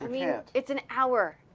yeah it's an hour.